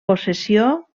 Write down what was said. possessió